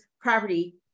property